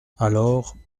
alors